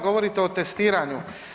Govorite o testiranju.